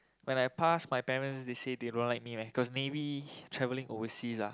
when I pass my parents they say they don't let me because navy travelling overseas ah